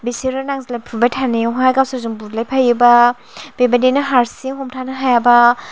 बिसोरो नांज्लाय फुबाय थानायावहाय गावसोरजों बुलायफायोबा बेबायदिनो हारसिं हमथानो हायाबा